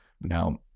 Now